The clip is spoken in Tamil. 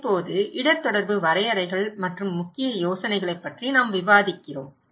இப்போது இடர் தொடர்பு வரையறைகள் மற்றும் முக்கிய யோசனைகளைப் பற்றி நாம் விவாதிக்கிறோம்